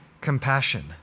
compassion